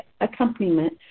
accompaniment